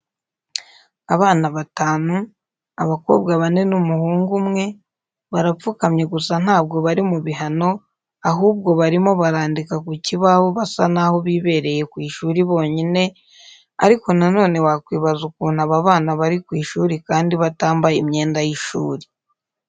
Abana batanu, abakobwa bane n'umuhungu umwe, barapfukamye gusa ntabwo bari mu bihano ahubwo barimo barandika ku kibaho basa naho bibereye ku ishuri bonyine, ariko nanone wakwibaza ukuntu aba bana bari ku ishuri kandi batambaye imyenda y'ishuri.